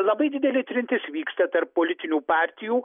labai didelė trintis vyksta tarp politinių partijų